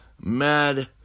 mad